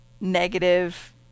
negative